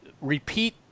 repeat